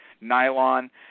nylon